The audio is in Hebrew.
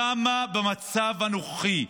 למה במצב הנוכחי,